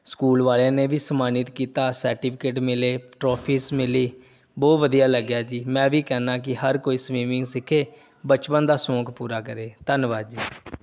school ਵਾਲਿਆਂ ਨੇ ਵੀ ਸਨਮਾਨਿਤ ਕੀਤਾ ਸਰਟੀਫਿਕੇਟ ਮਿਲੇ ਟਰੋਫੀਜ ਮਿਲੀ ਬਹੁਤ ਵਧੀਆ ਲੱਗਿਆ ਜੀ ਮੈਂ ਵੀ ਕਹਿੰਦਾ ਕਿ ਹਰ ਕੋਈ ਸਵਿਮਿੰਗ ਸਿੱਖੇ ਬਚਪਨ ਦਾ ਸ਼ੌਂਕ ਪੂਰਾ ਕਰੇ ਧੰਨਵਾਦ ਜੀ